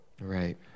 Right